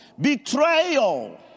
Betrayal